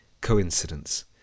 coincidence